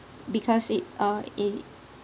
because it uh it